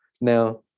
Now